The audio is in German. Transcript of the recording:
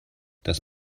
das